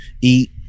eat